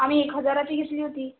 आम्ही एक हजाराची घेतली होती